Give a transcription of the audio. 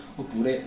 oppure